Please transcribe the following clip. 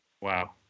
Wow